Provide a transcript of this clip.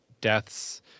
deaths